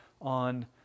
on